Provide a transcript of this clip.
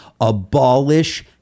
Abolish